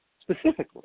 specifically